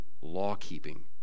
law-keeping